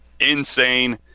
Insane